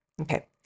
Okay